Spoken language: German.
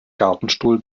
gartenstuhl